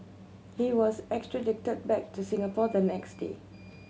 he was extradited back to Singapore the next day